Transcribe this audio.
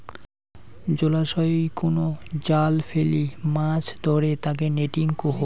জলাশয়ই কুনো জাল ফেলি মাছ ধরে তাকে নেটিং কহু